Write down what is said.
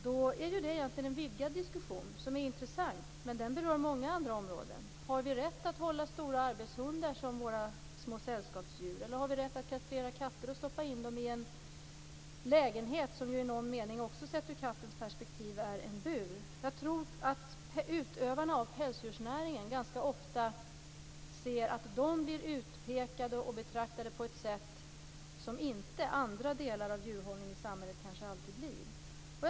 Det är egentligen en vidgad diskussion som är intressant, men den berör många andra områden. Har vi rätt att hålla stora arbetshundar som sällskapsdjur? Har vi rätt att kastrera katter och stoppa in dem i en lägenhet, som i någon mening också sett ur kattens perspektiv är en bur? Jag tror att utövare av pälsdjursnäring ganska ofta anser att de blir utpekade och betraktade på ett sätt som inte andra delar av djurhållningen i samhället blir.